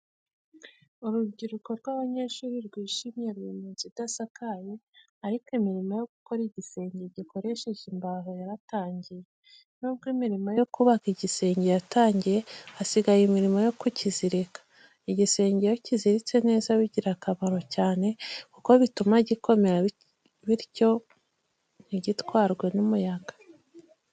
Urubyiruko rw'abanyeshuri rwishimye ruri mu nzu idasakaye ariko imirimo yo gukora igisenge gikoresheje imbaho yaratangiye. N'ubwo imirimo yo kubaka igisenge yatangiye, hasigaye imirimo yo kukizirika. Igisenge iyo kiziritse neza bigira akamaro cyane kuko bituma gikomera bityo ntigitwarwe n'umuyaga.